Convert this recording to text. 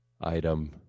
item